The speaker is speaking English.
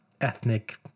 ethnic